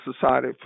Society